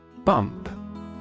Bump